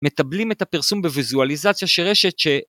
מתבלים את הפרסום בוויזואליזציה שרשת ש...